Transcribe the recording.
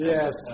Yes